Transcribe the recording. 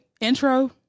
intro